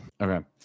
Okay